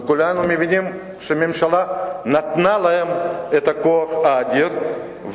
וכולנו מבינים שהממשלה נתנה להן את הכוח האדיר,